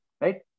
right